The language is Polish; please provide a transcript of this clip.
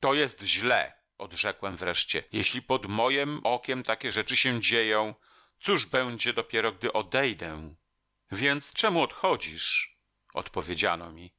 to jest źle odrzekłem wreszcie jeśli pod mojem okiem takie rzeczy się dzieją cóż będzie dopiero gdy odejdę więc czemu odchodzisz odpowiedziano mi